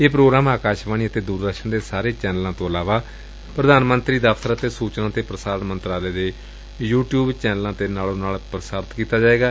ਇਹ ਪ੍ਰੋਗਰਾਮ ਆਕਾਸ਼ਵਾਣੀ ਅਤੇ ਦੁਰਦਰਸ਼ਨ ਦੇ ਸਾਰੇ ਚੈਨਲਾਂ ਤੋਂ ਇਲਾਵਾ ਪ੍ਰਧਾਨ ਮੰਤਰੀ ਦਫ਼ਤਰ ਅਤੇ ਸੁਚਨਾ ਤੇ ਪ੍ਰਸਾਰਣ ਮੰਤਰਾਲੇ ਦੇ ਯੁ ਟਿਉਬ ਚੈਨਲਾਂ ਤੇ ਨਾਲੋ ਨਾਲ ਪ੍ਰਸਾਰਿਤ ਕੀਤਾ ਜਾਏਗਾ